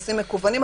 טפסים מקוונים,